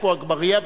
עפו אגבאריה,